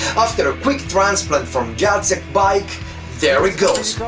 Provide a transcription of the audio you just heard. after a quick transplant from jacek's bike there it goes!